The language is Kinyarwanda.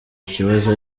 ikibazo